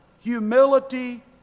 humility